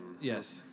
yes